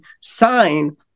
sign